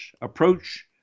approach